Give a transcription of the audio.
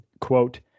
quote